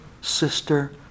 sister